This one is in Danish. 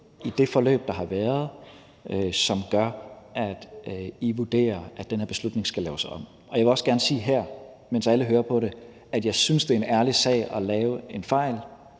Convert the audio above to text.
i det forløb, der har været, som gør, at de vurderer, at den her beslutning skal laves om. Og jeg vil også gerne sige her, mens alle hører på det, at jeg synes, det er en ærlig sag at lave en fejl;